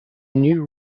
new